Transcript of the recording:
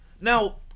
Now